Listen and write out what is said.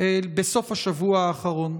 בסוף השבוע האחרון.